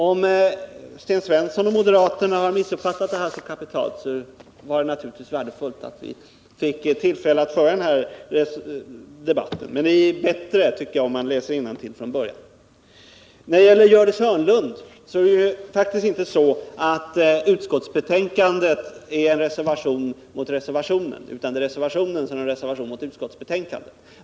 Om Sten Svensson och moderaterna har missuppfattat det så kapitalt, så var det naturligtvis värdefullt att vi fick tillfälle att föra den här debatten. Men det är bättre, tycker jag, om man läser innantill från början. Till Gördis Hörnlund vill jag säga att det faktiskt inte är så att utskottsbetänkandet är en reservation mot reservationen, utan det är reservationen som är en reservation mot utskottsbetänkandet.